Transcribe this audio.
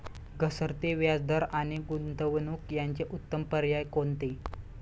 घसरते व्याजदर आणि गुंतवणूक याचे उत्तम पर्याय कोणते?